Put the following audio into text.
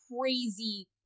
crazy